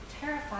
terrified